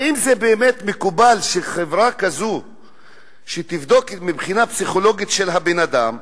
האם זה באמת מקובל שחברה כזאת תבדוק מבחינה פסיכולוגית את הבן-אדם,